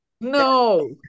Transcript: no